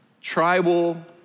tribal